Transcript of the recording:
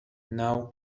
now